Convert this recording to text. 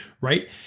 right